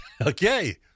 Okay